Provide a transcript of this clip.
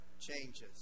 changes